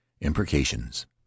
imprecations